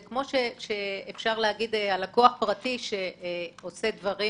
זה כמו שאפשר להגיד על לקוח פרטי שעושה דברים